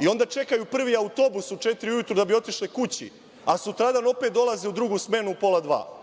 i onda čekaju prvi autobus u četiri ujutru da bi otišle kući, a sutradan opet dolaze u drugu smenu u pola dva.